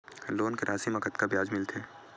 Loan के राशि मा कतका ब्याज मिलथे?